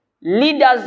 Leaders